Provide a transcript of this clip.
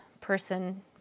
person